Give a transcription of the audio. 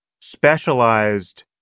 specialized